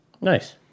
Nice